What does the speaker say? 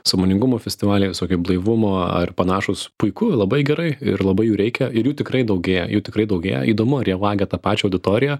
sąmoningumo festivaliai visokie blaivumo ar panašūs puiku labai gerai ir labai jų reikia ir jų tikrai daugėja jų tikrai daugėja įdomu ar jie vagia ta pačią auditoriją